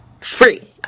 Free